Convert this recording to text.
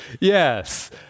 yes